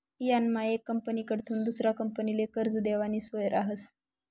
यानामा येक कंपनीकडथून दुसरा कंपनीले कर्ज देवानी सोय रहास